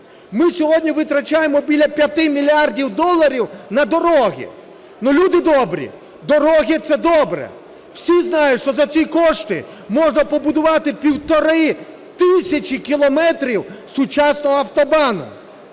Ми сьогодні витрачаємо біля п’яти мільярдів доларів на дороги. Ну люди добрі! Дороги – це добре. Всі знають, що за ці кошти можна побудувати 1,5 тисячі кілометрів сучасного автобану.